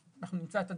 אנחנו נמצא את הדרך,